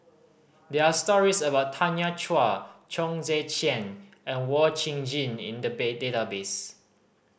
there are stories about Tanya Chua Chong Tze Chien and Wee Chong Jin in the bay database